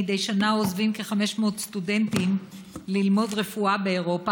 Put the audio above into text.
מדי שנה עוזבים כ-500 סטודנטים ללמוד רפואה באירופה,